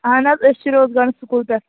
اَہَن حظ أسۍ چھِ روٗزگار سکوٗل پیٚٹھ